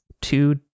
two